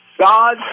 God